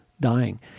dying